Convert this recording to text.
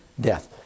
death